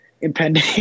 impending